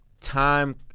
time